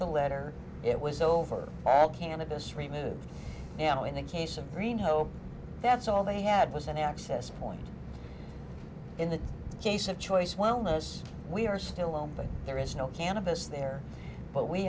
the letter it was over all cannabis removed and in the case of green hope that's all they had was an access point in the case of choice wellness we are still alone but there is no cannabis there but we